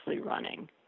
running